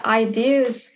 ideas